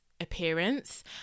appearance